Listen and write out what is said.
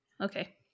okay